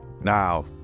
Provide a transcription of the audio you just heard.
Now